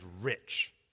rich